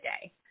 day